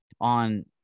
on